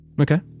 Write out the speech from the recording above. Okay